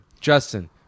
Justin